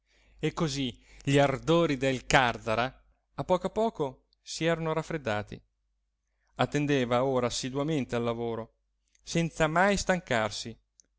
e così gli ardori del càrzara a poco a poco si erano raffreddati attendeva ora assiduamente al lavoro senza mai stancarsi